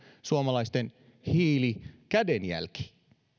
suomalaisten hiilikädenjälki